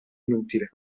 inutile